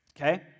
Okay